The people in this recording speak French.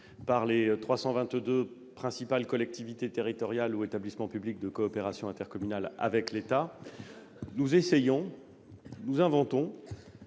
entre les 322 principales collectivités territoriales ou établissements publics de coopération intercommunale et l'État -, nous essayons d'inventer